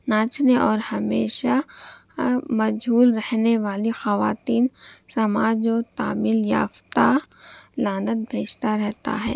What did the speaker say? ناچنے اور ہمیشہ مجہول رہنے والی خواتین سماج و تعمیل یافتہ لعنت بھیجتا رہتا ہے